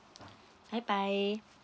bye bye